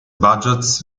budgets